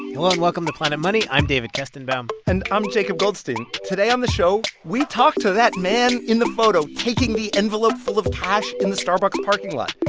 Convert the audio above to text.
welcome to planet money. i'm david kestenbaum and i'm jacob goldstein. today on the show, we talk to that man in the photo taking the envelope full of cash in the starbucks parking lot.